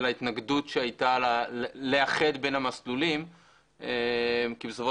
ולהתנגדות שהייתה לאחד בין המסלולים כי בסופו